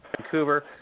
Vancouver